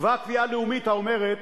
קבע קביעה לאומית האומרת